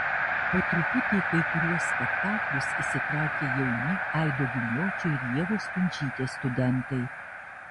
po truputį į kai kuriuos spektaklius įsitraukia jauni aido giniočio ir ievos stundžytės studentai